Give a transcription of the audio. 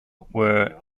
where